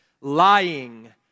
lying